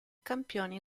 campioni